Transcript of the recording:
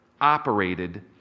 operated